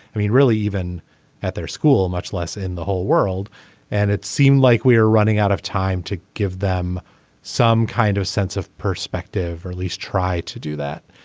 i mean really even at their school much less in the whole world and it seemed like we were running out of time to give them some kind of sense of perspective or at least try to do that.